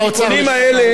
מקיים הבטחות לעולם כולו.